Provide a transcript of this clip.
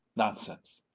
nonsense.